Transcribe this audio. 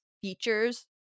features